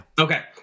Okay